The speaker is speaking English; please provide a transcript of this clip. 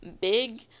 big